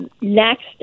next